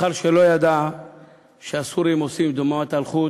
מאחר שלא ידע שהסורים עושים דממת אלחוט